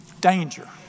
Danger